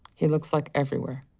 he looks like everywhere.